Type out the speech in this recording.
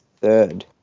third